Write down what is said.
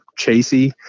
chasey